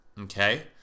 Okay